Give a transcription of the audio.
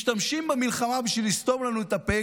משתמשים במלחמה בשביל לסתום לנו את הפה.